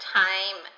time